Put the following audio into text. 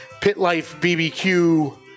PitLifeBBQ